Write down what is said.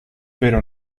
pero